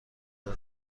روز